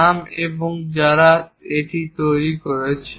নাম এবং যারা এটি তৈরি করেছে